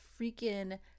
freaking